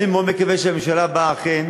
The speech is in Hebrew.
אני מאוד מקווה שהממשלה הבאה אכן